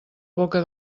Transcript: boca